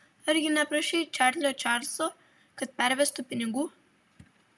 argi neprašei čarlio čarlzo kad pervestų pinigų